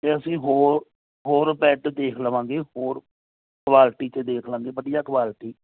ਅਤੇ ਅਸੀਂ ਹੋਰ ਹੋਰ ਬੈੱਡ ਦੇਖ ਲਵਾਂਗੇ ਹੋਰ ਕਵਾਲਟੀ 'ਚ ਦੇਖ ਲਾਂਗੇ ਵਧੀਆ ਕਵਾਲਟੀ